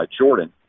Jordan